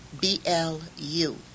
B-L-U